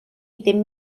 ddim